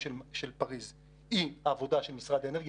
של פריז היא העבודה של משרד האנרגיה,